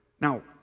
Now